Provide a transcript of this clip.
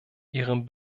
ihrem